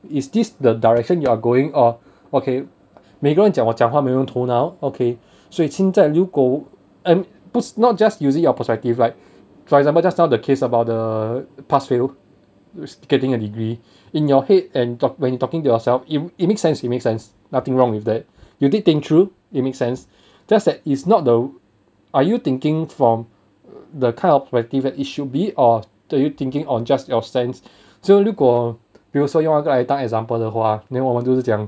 is this the direction you are going or okay 每个人讲我讲话没有用头脑 okay 所以现在如果 and 不是 not just using your perspective like for example just now the case about the pass fail getting a degree in your head and talk when talking to yourself if it makes sense you makes sense nothing wrong with that you did think through it makes sense just that is not the are you thinking from the kind of it should be or do you thinking on just your stance so 如果比如说用那个来当 example 的话 then 我们就是讲